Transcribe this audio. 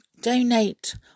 donate